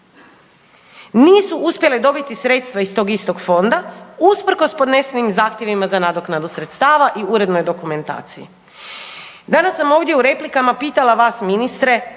nisu uspjele dobiti sredstva iz tog istog fonda usprkos podnesenim zahtjevima za nadoknadu sredstava i urednoj dokumentaciji. Danas sam ovdje u replikama pitala vas, ministre,